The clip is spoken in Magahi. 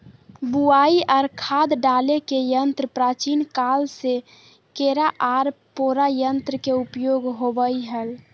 बुवाई आर खाद डाले के यंत्र प्राचीन काल से केरा आर पोरा यंत्र के उपयोग होवई हल